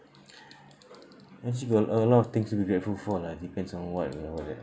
and she got a lot of things to be grateful for lah depends on what and all that